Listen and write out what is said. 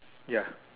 ya